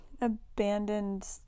Abandoned